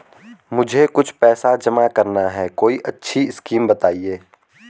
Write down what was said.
मुझे कुछ पैसा जमा करना है कोई अच्छी स्कीम बताइये?